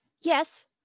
Yes